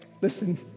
Listen